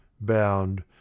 bound